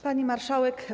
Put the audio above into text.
Pani Marszałek!